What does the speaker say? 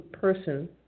person